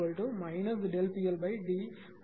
40